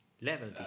Level